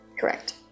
Correct